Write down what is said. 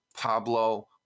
Pablo